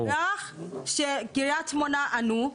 רק קריית שמונה ענו,